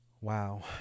Wow